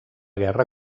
guerra